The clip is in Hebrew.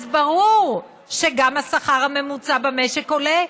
אז ברור שגם השכר הממוצע במשק עולה.